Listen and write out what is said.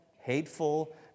hateful